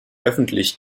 öffentlich